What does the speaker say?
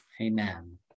Amen